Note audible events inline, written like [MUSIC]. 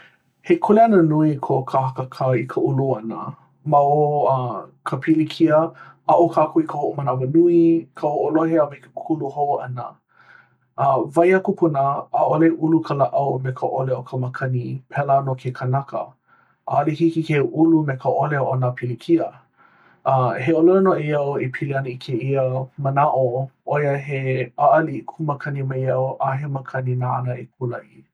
He kuleana nui ko ka hakakā i ka ulu ʻana. Ma o [HESITATION] uh ka pilikia, aʻo kākou i ka hoʻomanawanui, ka hoʻolohe, a me ke kūkulu hou ʻana. [HESITATION] uh wahi a kūpuna ʻAʻole ulu ka lāʻau me ka ʻole o ka makani pēlā nō ke kanaka, ʻaʻole hiki ke ulu me ka ʻole o nā pilikia. [HESITATION] uh He ʻōlelo noʻeau e pili ana i kēia manaʻo ʻoia ʻo he ʻaʻaliʻi kū makani mai au ʻaʻohe makani nāna e kūlaʻi.